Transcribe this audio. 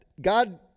God